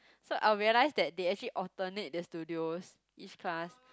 so I realised that they actually alternate the studio each class